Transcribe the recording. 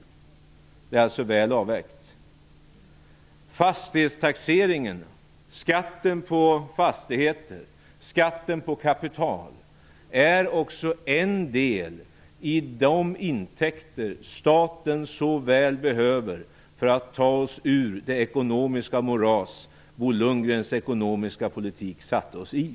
Det är alltså väl avvägt. Fastighetstaxeringen, skatten på fastigheter, skatten på kapital är också en del i de intäkter staten så väl behöver för att vi skall ta oss ur det ekonomiska moras Bo Lundgrens ekonomiska politik satte oss i.